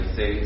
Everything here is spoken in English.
say